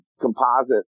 composite